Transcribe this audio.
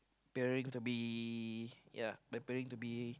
appearing to be ya peer appearing to be